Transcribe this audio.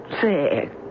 sick